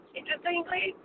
Interestingly